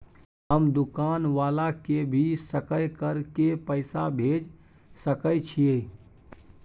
हम दुकान वाला के भी सकय कर के पैसा भेज सके छीयै?